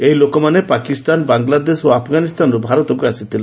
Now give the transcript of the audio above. ଏହି ଲୋକମାନେ ପାକିସ୍ତାନ ବଂଲାଦେଶ ଓ ଆଫଗାନିସ୍ତାନରୁ ଭାରତକୁ ଆସିଥିଲେ